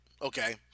Okay